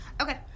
Okay